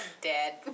dead